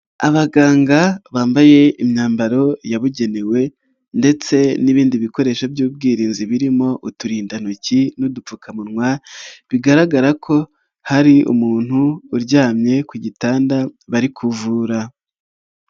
Abaganga bambaye imyambaro yabugenewe ndetse n'ibindi bikoresho by'ubwirinzi birimo uturindantoki n'udupfukamunwa, bigaragara ko hari umuntu uryamye ku gitanda bari kuvura.